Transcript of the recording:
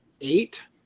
eight